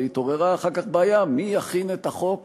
והתעוררה אחר כך בעיה: מי יכין את החוק